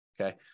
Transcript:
okay